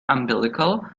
umbilical